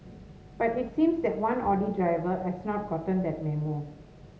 but it seems that one Audi driver has not gotten that memo